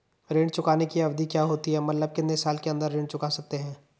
ऋण चुकाने की अवधि क्या होती है मतलब कितने साल के अंदर ऋण चुका सकते हैं?